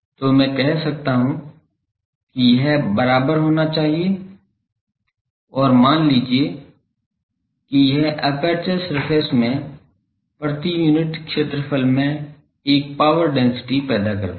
तो मैं कह सकता हूं कि यह बराबर होना चाहिए और मान लीजिए कि यह एपर्चर सरफेस में प्रति यूनिट क्षेत्रफल में एक पावर डेंसिटी पैदा करता है